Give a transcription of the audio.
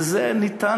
וזה ניתן